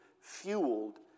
fueled